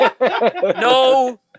No